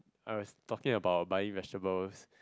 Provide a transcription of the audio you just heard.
Iris talking about buying vegetables